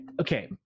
Okay